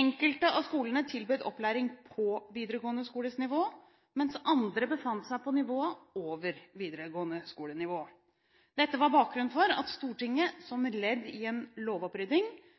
Enkelte av skolene tilbød opplæring på videregående skoles nivå, mens andre befant seg på nivå over videregående skole. Dette var bakgrunnen for at Stortinget, som ledd i en lovopprydding,